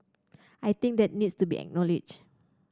I think that needs to be acknowledged